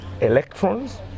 electrons